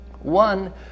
One